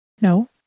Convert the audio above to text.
No